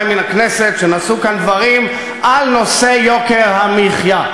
מן הכנסת שנשאו כאן דברים על נושא יוקר המחיה.